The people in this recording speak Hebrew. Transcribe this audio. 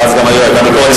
אבל אז גם היתה ביקורת על,